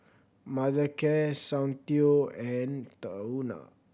Mothercare Soundteoh and Tahuna